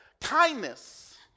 Kindness